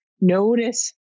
notice